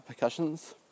percussions